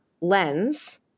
lens